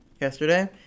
Yesterday